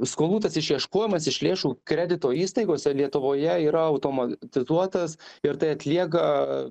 skolų išieškojimas iš lėšų kredito įstaigose lietuvoje yra automatizuotas ir tai atlieka